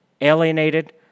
alienated